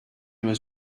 was